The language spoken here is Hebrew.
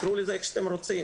תקראו לזה איך שאתם רוצים,